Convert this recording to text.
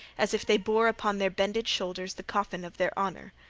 as if they bore upon their bended shoulders the coffin of their honor.